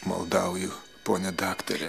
maldauju pone daktare